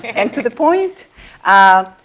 and to the point